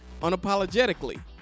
Unapologetically